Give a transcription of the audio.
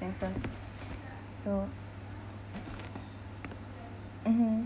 expenses so mmhmm